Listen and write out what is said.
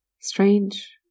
Strange